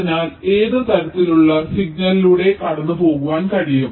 അതിനാൽ ഏത് തരത്തിലുള്ള സിഗ്നലിലൂടെ കടന്നുപോകാൻ കഴിയും